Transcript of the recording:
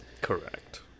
Correct